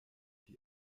die